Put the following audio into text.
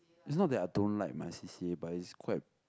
is not that I don't like my C_C_A but it's quite